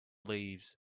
leaves